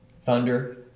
Thunder